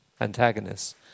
antagonists